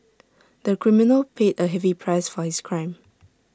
the criminal paid A heavy price for his crime